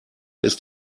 ist